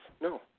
No